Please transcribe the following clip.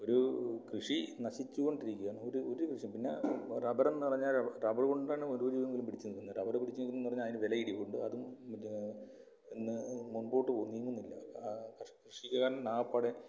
ഒരു കൃഷി നശിച്ച് കൊണ്ടിരിക്കുകയാണ് ഒരു ഒരു കൃഷിയും പിന്നെ റബ്ബർ എന്ന് പറഞ്ഞാൽ റബ്ബർ കൊണ്ടാണ് ഒരുവിധം എങ്കിലും പിടിച്ച് നിൽക്കുന്നത് റബ്ബർ പിടിച്ച് നിൽക്കുന്നതെന്ന് പറഞ്ഞാൽ അതിന് വിലയിടിവുണ്ട് അതും മറ്റേ ഇന്ന് മുൻപോട്ട് പോ നീങ്ങുന്നില്ല ആ കർഷ് കൃഷിക്കാരൻ ആകപ്പാടെ